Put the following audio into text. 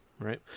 Right